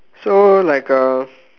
so like uh